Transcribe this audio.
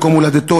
מקום הולדתו,